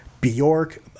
Bjork